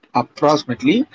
approximately